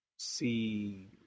see